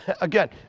again